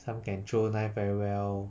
some can throw knife very well